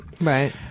right